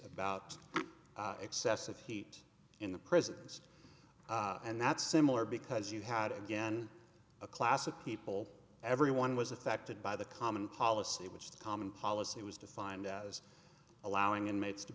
about excessive heat in the prisons and that's similar because you had again a class of people everyone was affected by the common policy which the common policy was defined as allowing inmates to